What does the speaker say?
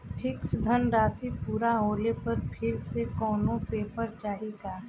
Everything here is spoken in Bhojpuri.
फिक्स धनराशी पूरा होले पर फिर से कौनो पेपर चाही का?